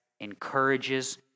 encourages